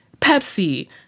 Pepsi